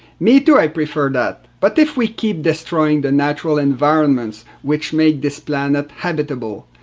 me too, i prefer that, but if we keep destroying the natural environments which make this planet habitable,